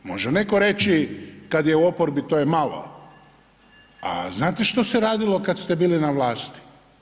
Može netko reći kad je u oporbi to je malo, a znate što se radilo kad ste bili na vlasti.